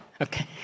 Okay